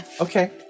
Okay